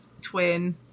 Twin